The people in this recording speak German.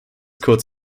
kurz